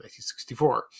1964